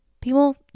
People